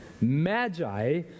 magi